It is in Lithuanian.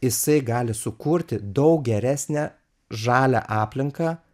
jisai gali sukurti dau geresnę žalią aplinką